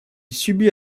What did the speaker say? subit